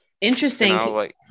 Interesting